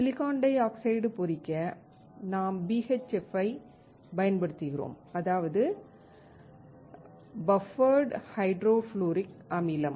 silicon di oxide பொறிக்க நாம் BHF ஐப் பயன்படுத்துகிறோம் அதாவது பஃபெர்டு ஹைட்ரோஃப்ளூரிக் அமிலம்